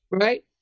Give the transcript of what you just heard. Right